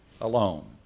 alone